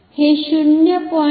हे 0